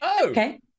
Okay